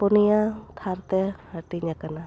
ᱯᱩᱱᱭᱟ ᱛᱷᱟᱨ ᱛᱮ ᱦᱟᱹᱴᱤᱧ ᱟᱠᱟᱱᱟ